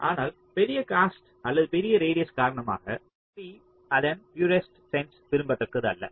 ஆனால் பெரிய காஸ்ட் அல்லது பெரிய ரேடியஸ் காரணமாக ட்ரீ அதன் புரெஸ்ட் சென்ஸ் விரும்பத்தக்கது அல்ல